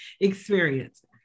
experience